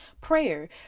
prayer